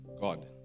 God